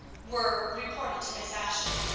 were reported to miss ashton.